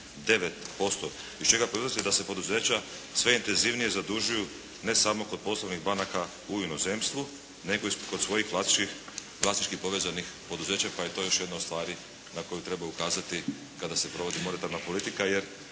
22,9%, iz čega proizlazi da se poduzeća sve intenzivnije zadužuju ne samo kod poslovnih banaka u inozemstvu, nego i kod svojih vlasničkih povezanih poduzeća pa je to još jedna od stvari na koju treba ukazati kada se provodi monetarna politika, jer